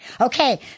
Okay